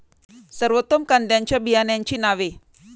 सर्वोत्तम कांद्यांच्या बियाण्यांची नावे?